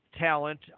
talent